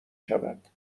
شود